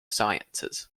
sciences